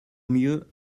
mieux